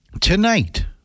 Tonight